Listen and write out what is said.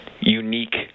unique